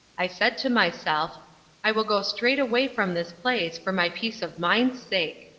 i said to myself i will go straight away from this place, for my peace of mind's sake.